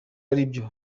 aribyo